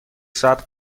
ساعت